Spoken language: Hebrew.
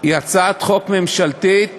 הצעת חוק ממשלתית